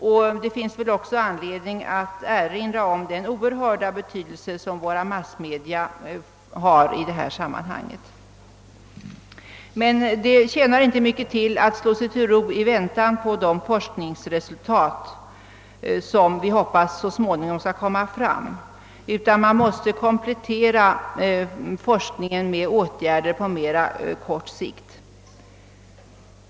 Självfallet finns det anledning att erinra om den synnerligen stora betydelse som massmedia har i detta sammanhang. — Men det tjänar inte mycket till att slå sig till ro i väntan på de forskningsresultat som vi hoppas så småningom skall komma, utan man måste komplettera forskningen med åtgärder på kortare sikt.